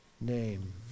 name